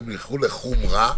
הם ילכו לחומרה,